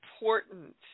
important